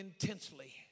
intensely